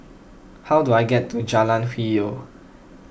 how do I get to Jalan Hwi Yoh